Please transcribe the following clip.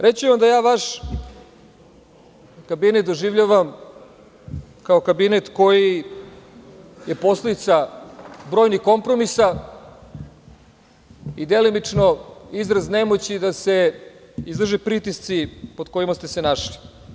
Reći ću vam da vaš kabinet doživljavam kao kabinet koji je posledica brojnih kompromisa i, delimično, izraz nemoći da se izdrže pritisci pod kojima ste se našli.